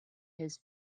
his